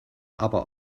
aber